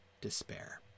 despair